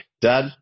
Dad